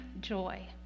joy